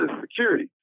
security